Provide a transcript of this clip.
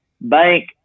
bank